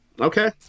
Okay